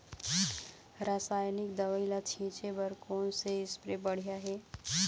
रासायनिक दवई ला छिचे बर कोन से स्प्रे बढ़िया हे?